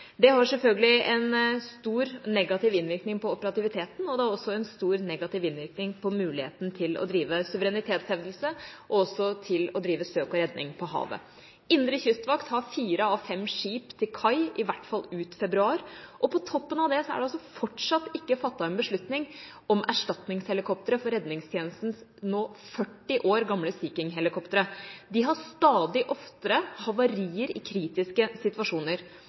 Det har selvfølgelig en stor negativ innvirkning på det operative. Det har også stor negativ innvirkning på muligheten til å drive suverenitetshevdelse og søk og redning på havet. Indre kystvakt har fire av fem skip til kai, i hvert fall ut februar. På toppen av dette er det fortsatt ikke fattet noen beslutning om erstatningshelikoptre for redningstjenestens nå 40 år gamle Sea King-helikoptre. De har stadig oftere havarier i kritiske situasjoner.